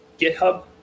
GitHub